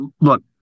Look